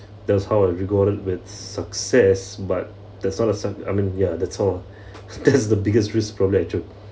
that's how I got it with success but the sort of some~ I mean yeah that's all ah that's the biggest risk probably I took